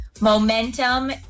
momentum